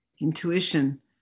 intuition